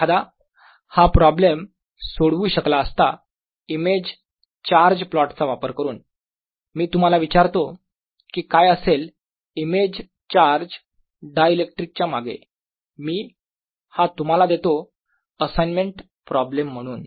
एखादा हा प्रॉब्लेम सोडवू शकला असता इमेज चार्ज प्लॉटचा वापर करून मी तुम्हाला विचारतो की काय असेल इमेज चार्ज डायइलेक्ट्रिक च्या मागे मी हा तुम्हाला देतो असाइन्मेंट प्रॉब्लेम म्हणून